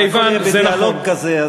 אם הכול יהיה בדיאלוג כזה,